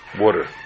water